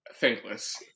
thankless